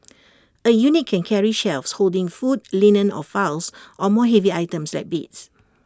A unit can carry shelves holding food linen or files or move heavy items like beds